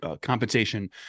compensation